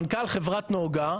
מנכ"ל חברת נגה,